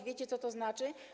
Wiecie, co to znaczy?